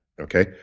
Okay